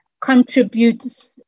contributes